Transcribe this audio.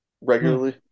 regularly